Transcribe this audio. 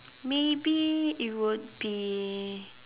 maybe it would be